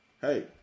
hey